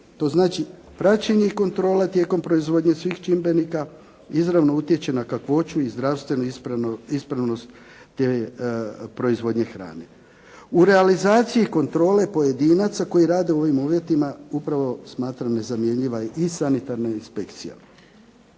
To znači praćenja kontrola tijekom proizvodnje svih čimbenika izravno utječe na kakvoću i zdravstvenu ispravnost proizvodnje hrane. U realizaciji kontrole pojedinaca koji rade u ovim uvjetima upravo smatram nezamjenjiva je i sanitarna inspekcija.